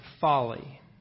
Folly